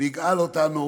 ויגאל אותנו